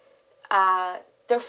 uh the